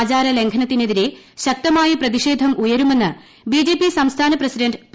ആചാരലംഘനത്തിനെതിരെ ശക്തമായ ശബരിമല പ്രതിഷേധം ഉയരുമെന്ന് ബിജെപി സംസ്ഥാന പ്രസിഡന്റ് പി